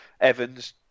Evans